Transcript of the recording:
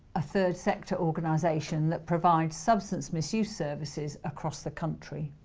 a third sector organisation that provides substance misuse services across the country.